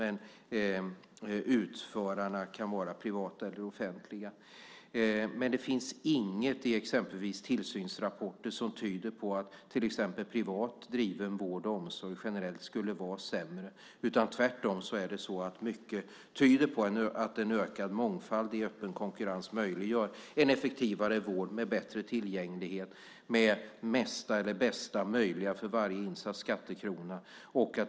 Men utförarna kan vara privata eller offentliga. Det finns ingenting i exempelvis tillsynsrapporter som tyder på att privat driven vård och omsorg generellt skulle vara sämre. Tvärtom tyder mycket på att en ökad mångfald i öppen konkurrens möjliggör en effektivare vård med bättre tillgänglighet som ger bästa och mesta för varje insatt skattekrona.